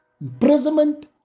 imprisonment